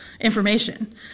information